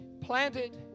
planted